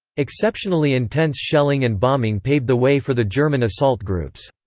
exceptionally intense shelling and bombing paved the way for the german assault groups.